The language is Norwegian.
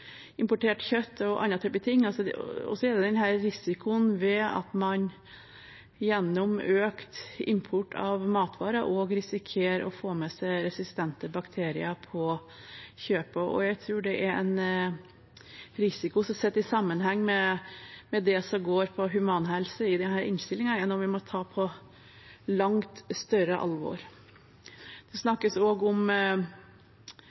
risikoen ved at man gjennom økt import av matvarer risikerer å få med seg resistente bakterier på kjøpet. Jeg tror det er en risiko som sett i sammenheng med det som går på humanhelse i denne innstillingen, er noe vi må ta på langt større alvor. Det